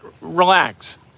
relax